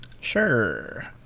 Sure